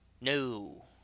No